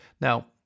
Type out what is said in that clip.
Now